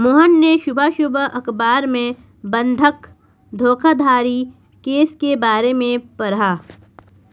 मोहन ने सुबह सुबह अखबार में बंधक धोखाधड़ी केस के बारे में पढ़ा